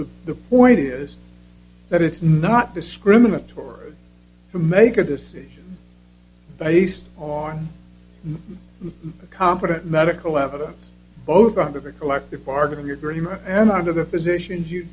of the point is that it's not discriminatory to make a decision based on the competent medical evidence both under the collective bargaining agreement and under the physicians you